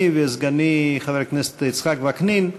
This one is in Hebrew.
אני וסגני חבר הכנסת יצחק וקנין,